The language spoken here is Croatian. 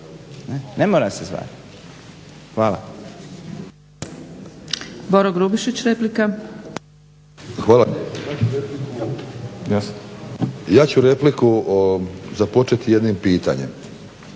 Ne mora se zvati. Hvala.